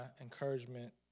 encouragement